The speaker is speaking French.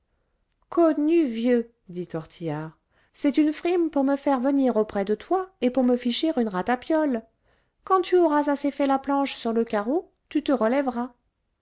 connu vieux dit tortillard c'est une frime pour me faire venir auprès de toi et pour me ficher une ratapiole quand tu auras assez fait la planche sur le carreau tu te relèveras